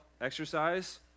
exercise